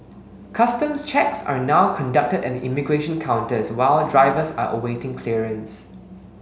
customs checks are now conducted at the immigration counters while drivers are awaiting clearance